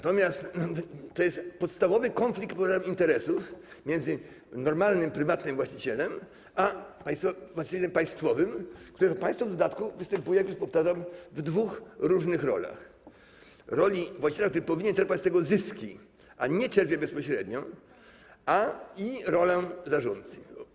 To jest podstawowy konflikt interesów między normalnym prywatnym właścicielem a właścicielem państwowym, w którym państwo występuje w dodatku, jak powtarzam, w dwóch różnych rolach: roli właściciela, który powinien czerpać z tego zyski, a nie czerpie bezpośrednio, i roli zarządcy dróg.